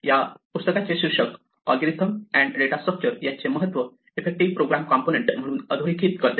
या पुस्तकाचे शीर्षक अल्गोरिदम अँड डेटा स्ट्रक्चर यांचे महत्त्व इफेक्टिव्ह प्रोग्रॅम कंपोनेंट म्हणून अधोरेखित करते